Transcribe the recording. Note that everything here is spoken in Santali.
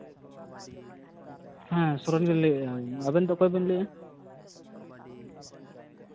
ᱦᱮᱸ ᱥᱩᱨᱳᱡ ᱞᱤᱧ ᱞᱟᱹᱭᱫᱟ ᱟᱵᱮᱱ ᱫᱚ ᱚᱠᱚᱭ ᱵᱮᱱ ᱞᱟᱹᱭᱮᱜᱼᱟ